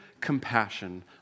compassion